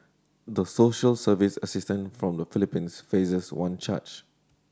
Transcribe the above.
the social service assistant from the Philippines faces one charge